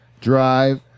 drive